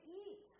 eat